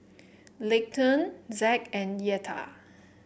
Leighton Zack and Yetta